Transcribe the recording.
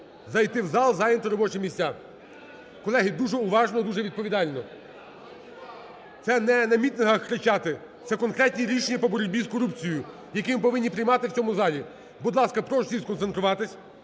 зайти у зал, зайняти робочі місця. Колеги, дуже уважно, дуже відповідально. Це не на мітингах кричати, це конкретні рішення по боротьбі з корупцією, які ми повинні приймати у цьому залі. Будь ласка, прошу всіх сконцентруватись.